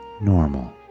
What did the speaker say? normal